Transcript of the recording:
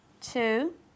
two